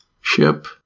ship